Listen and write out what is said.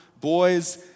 boys